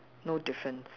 no difference